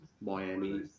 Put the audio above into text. Miami